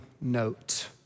note